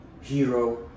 hero